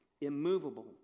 immovable